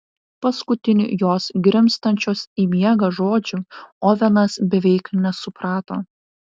paskutinių jos grimztančios į miegą žodžių ovenas beveik nesuprato